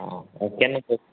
ହଁ ଆଉ କେନ କହୁଛ